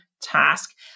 task